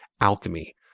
alchemy